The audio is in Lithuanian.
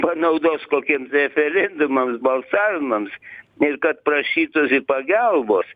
panaudos kokiems referendumams balsavimams ir kad prašytųsi pagelbos